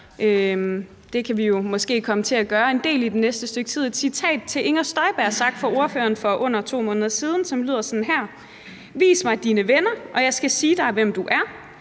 det kan vi jo måske komme til at gøre en del i det næste stykke tid. Det er et citat fra noget, ordføreren sagde til Inger Støjberg for under 2 måneder siden, og det lyder sådan her: »Vis mig dine venner, og jeg skal sige dig, hvem du er.